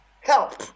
help